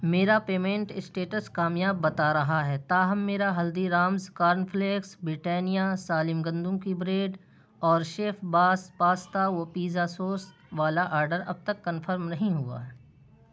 میرا payment status کامیاب بتا رہا ہے تاہم میرا Haldiram's corn flakes Britannia سالم گندم کی بریڈ اور شیف باس پاستا و پیزا سوس والا آرڈر اب تک کنفرم نہیں ہوا ہے